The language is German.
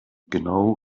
genau